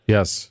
Yes